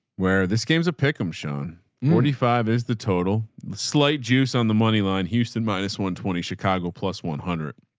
where this game is a pick them shown forty five is the total slight juice on the moneyline houston minus one, twenty chicago. plus one hundred.